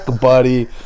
buddy